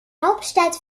hauptstadt